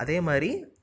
அதேமாதிரி